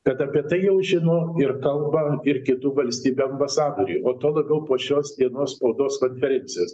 kad apie tai jau žino ir kalba ir kitų valstybių ambasadoriai o tuo labiau po šios dienos spaudos konferencijos